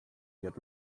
get